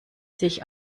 sich